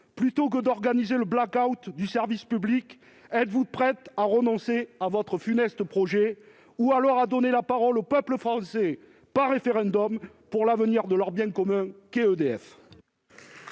plutôt que d'organiser le black-out du service public, êtes-vous prête à renoncer à votre funeste projet ou à donner la parole au peuple français, par référendum, sur l'avenir de leur bien commun ?